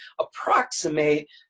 approximate